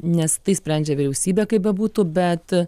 nes tai sprendžia vyriausybė kaip bebūtų bet